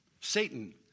Satan